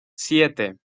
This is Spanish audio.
siete